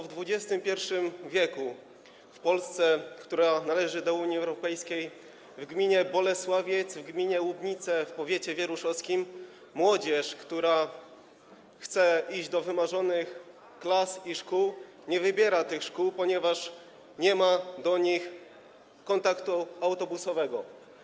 W XXI w. w Polsce, która należy do Unii Europejskiej, w gminie Bolesławiec, w gminie Łubnice w powiecie wieruszowskim młodzież, która chce iść do wymarzonych klas i szkół, nie wybiera tych szkół, ponieważ nie ma do nich połączenia autobusowego.